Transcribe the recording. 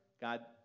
God